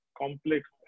complex